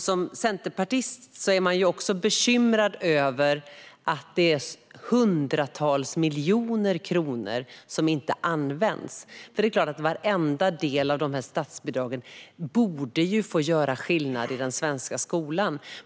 Som centerpartist är man bekymrad över att det är hundratals miljoner kronor som inte används, för varenda del av de här statsbidragen borde ju få göra skillnad i den svenska skolan.